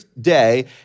day